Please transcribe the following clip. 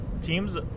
teams